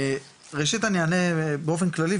ראשית אני אענה באופן כללי,